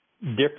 different